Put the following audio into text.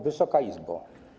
Wysoka Izbo!